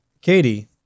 Katie